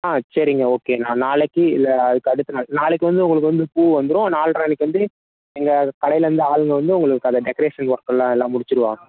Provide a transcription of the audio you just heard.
ஆ சரிங்க ஓகே நா நாளைக்கு இல்லை அதுக்கு அடுத்த நாள் நாளைக்கு வந்து உங்களுக்கு வந்து பூ வந்துரும் நால்றைக்கு வந்து எங்கள் கடையிலருந்து ஆளுங்க வந்து உங்களுக்கான டெக்கரேஷன் ஒர்க் எல்லாம் எல்லாம் முடிச்சிவிடுவாங்க